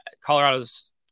Colorado's